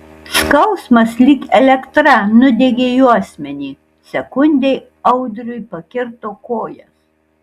skausmas lyg elektra nudiegė juosmenį sekundei audriui pakirto kojas